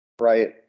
Right